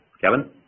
Kevin